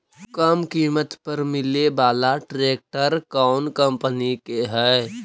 कम किमत पर मिले बाला ट्रैक्टर कौन कंपनी के है?